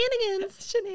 Shenanigans